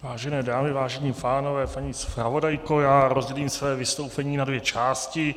Vážené dámy, vážení pánové, paní zpravodajko, já rozdělím své vystoupení na dvě části.